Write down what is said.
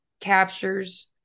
captures